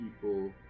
people